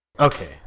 Okay